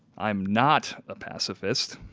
i am not a pacifist.